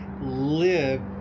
live